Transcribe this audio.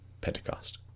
Pentecost